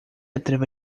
atreve